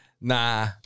Nah